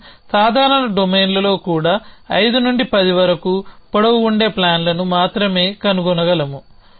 మనం సాధారణ డొమైన్లలో కూడా ఐదు నుండి పది వరకు పొడవు ఉండే ప్లాన్లను మాత్రమే కనుగొనగలము